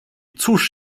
cóż